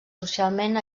socialment